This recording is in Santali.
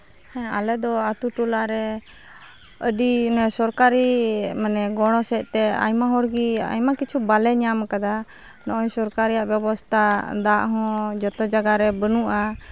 ᱦᱮᱸ ᱟᱞᱮ ᱫᱚ ᱟᱹᱛᱳᱼᱴᱚᱞᱟ ᱨᱮ ᱟᱹᱰᱤ ᱥᱚᱨᱠᱟᱨᱤ ᱢᱟᱱᱮ ᱜᱚᱲᱚ ᱥᱮᱡᱛᱮ ᱟᱭᱢᱟ ᱦᱚᱲ ᱜᱮ ᱟᱭᱢᱟ ᱠᱤᱪᱷᱩ ᱵᱟᱞᱮ ᱧᱟᱢ ᱟᱠᱟᱫᱟ ᱱᱚᱜᱼᱚᱭ ᱥᱚᱨᱠᱟᱨᱤᱭᱟᱜ ᱵᱮᱵᱚᱥᱛᱟ ᱫᱟᱜ ᱦᱚᱸ ᱡᱚᱛᱚ ᱡᱟᱭᱜᱟ ᱨᱮ ᱵᱟᱹᱱᱩᱜᱼᱟ